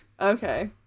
Okay